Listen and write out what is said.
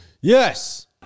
Yes